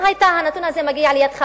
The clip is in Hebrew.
אם היה הנתון הזה מגיע לידיך,